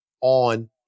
on